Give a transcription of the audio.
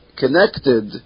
connected